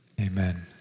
Amen